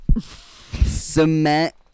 Cement